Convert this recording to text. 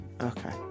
Okay